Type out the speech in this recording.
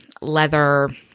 leather